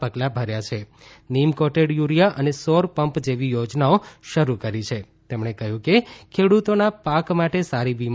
પગલા ભર્યા છે નીમ કોટેડ યુરિયા અને સૌર પંપ જેવી યોજનાઓ શરૂ કરી છે તેમણે કહ્યું કે ખેડૂતોના પાક માટે સારી વીમા